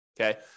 Okay